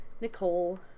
Nicole